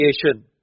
creation